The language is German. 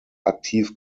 aktiv